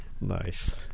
Nice